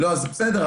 בסדר,